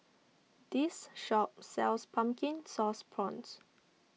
this shop sells Pumpkin Sauce Prawns